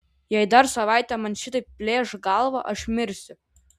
jei dar savaitę man šitaip plėš galvą aš mirsiu